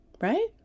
right